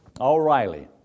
O'Reilly